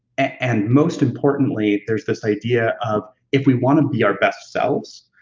and most importantly, there's this idea of, if we wanna be our best selves,